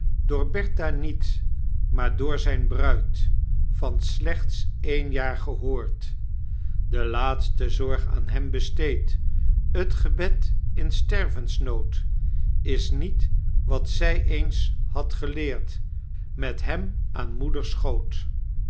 door bertha niet maar door zgn bruid van slechts een jaar gehoord de laatste zorg aan hem besteed t gebed in stervensnood is niet wat zy eens had geleerd met hem aan moeders schoot